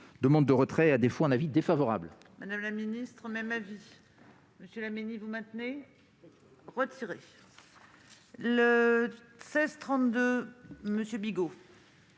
Demande de retrait et, à défaut, avis défavorable.